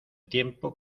tiempo